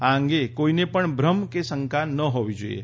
આ અંગે કોઇને પણ ભ્રમ કે શંકા ન હોવી જોઇએ